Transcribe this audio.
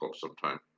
sometime